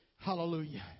Hallelujah